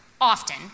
often